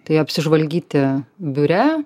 tai apsižvalgyti biure